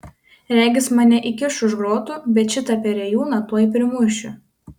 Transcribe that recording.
regis mane įkiš už grotų bet šitą perėjūną tuoj primušiu